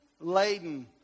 laden